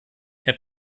herr